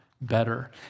better